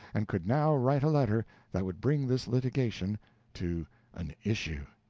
and could now write a letter that would bring this litigation to an issue.